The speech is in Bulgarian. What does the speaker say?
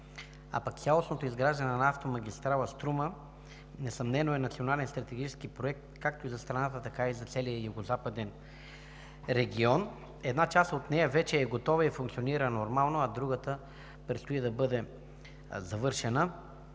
Цялостното изграждане на автомагистрала „Струма“ несъмнено е национален стратегически проект – както за страната, така и за целия Югозападен регион. Една част от нея вече е готова и функционира нормално, а другата предстои да бъде завършена.